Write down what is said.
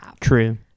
True